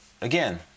again